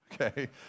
okay